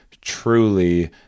truly